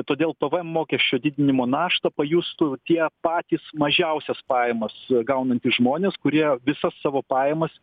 todėl pvm mokesčio didinimo naštą pajustų tie patys mažiausias pajamas gaunantys žmonės kurie visas savo pajamas